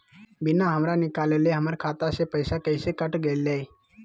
बिना हमरा निकालले, हमर खाता से पैसा कैसे कट गेलई?